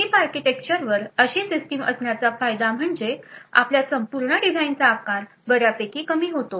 chip आर्किटेक्चरवर अशी system असण्याचा फायदा म्हणजे आपल्या संपूर्ण डिझाइनचा आकार बर्यापैकी कमी होतो